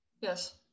Yes